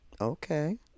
Okay